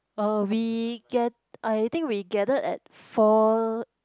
oh we get I think we gathered at four